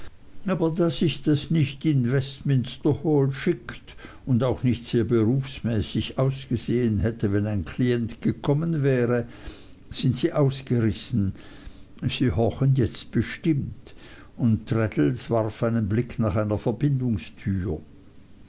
aber da sich das nicht in westminster hall schickt und auch nicht sehr berufsmäßig ausgesehen hätte wenn ein klient gekommen wäre sind sie ausgerissen sie horchen jetzt bestimmt und traddles warf einen blick nach einer verbindungstür